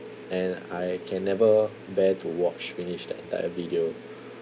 and I can never bear to watch finish the entire video